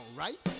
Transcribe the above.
right